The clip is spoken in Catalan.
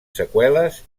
seqüeles